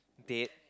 dead